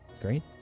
great